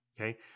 okay